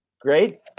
great